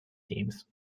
teams